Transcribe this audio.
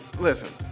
Listen